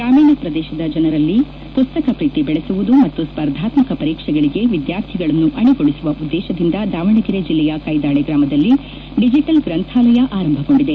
ಗ್ರಾಮೀಣ ಪ್ರದೇಶದ ಜನರಲ್ಲಿ ಪುಸ್ತಕ ಪ್ರೀತಿ ಬೆಳೆಸುವುದು ಮತ್ತು ಸ್ಪರ್ಧಾತ್ಮಕ ಪರೀಕ್ಷೆಗಳಿಗೆ ವಿದ್ಯಾರ್ಥಿಗಳನ್ನು ಅಣೆಗೊಳಿಸುವ ಉದ್ದೇಶದಿಂದ ದಾವಣಗೆರೆ ಜಿಲ್ಲೆಯ ಕೈದಾಳೆ ಗ್ರಾಮದಲ್ಲಿ ಡಿಜಿಟಲ್ ಗ್ರಂಥಾಲಯ ಆರಂಭಗೊಂಡಿದೆ